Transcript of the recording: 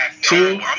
two